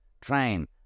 train